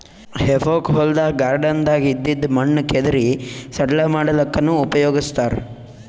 ಹೆಫೋಕ್ ಹೊಲ್ದಾಗ್ ಗಾರ್ಡನ್ದಾಗ್ ಇದ್ದಿದ್ ಮಣ್ಣ್ ಕೆದರಿ ಸಡ್ಲ ಮಾಡಲ್ಲಕ್ಕನೂ ಉಪಯೊಗಸ್ತಾರ್